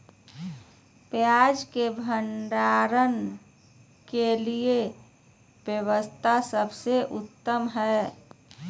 पियाज़ के भंडारण के लिए कौन व्यवस्था सबसे उत्तम है?